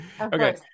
Okay